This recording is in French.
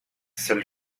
seule